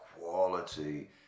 quality